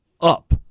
up